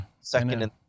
Second